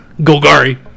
Golgari